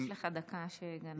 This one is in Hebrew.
יש לך דקה שגנבתי לך.